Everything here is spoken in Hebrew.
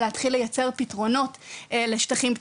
להתחיל לייצר פתרונות לשטחים פתוחים.